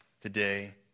today